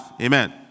Amen